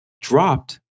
dropped